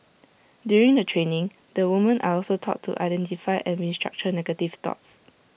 during the training the woman are also taught to identify and restructure negative thoughts